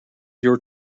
your